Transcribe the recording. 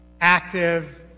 active